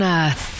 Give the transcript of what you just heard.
earth